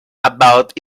about